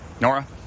Nora